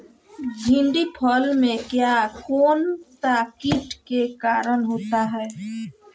भिंडी फल में किया कौन सा किट के कारण होता है?